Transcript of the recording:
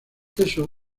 eso